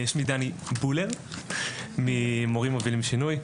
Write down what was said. אני ממורים מובילים שינוי.